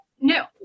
no